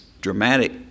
dramatic